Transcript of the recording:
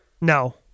No